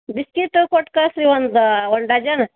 ಬಿಸ್ಕೀಟೂ ಕೊಟ್ಟು ಕಳ್ಸಿ ರಿ ಒಂದು ಒಂದು ಡಜನ್